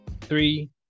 three